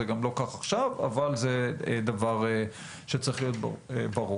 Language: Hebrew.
זה גם לא כך עכשיו אבל זה דבר שצריך להיות ברור.